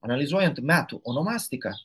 analizuojant metų onomastiką